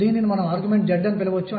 దీనికి సమాధానం ఎలా పొందాలి